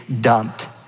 dumped